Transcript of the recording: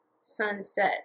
Sunset